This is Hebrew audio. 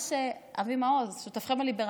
אבי מעוז, שותפכם הליברל.